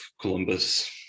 Columbus